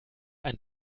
ein